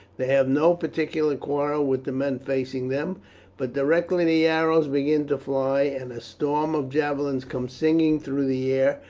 they have no particular quarrel with the men facing them but directly the arrows begin to fly, and a storm of javelins come singing through the air,